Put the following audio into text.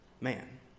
man